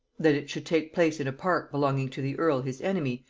that it should take place in a park belonging to the earl his enemy,